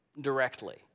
directly